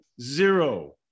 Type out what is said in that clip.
Zero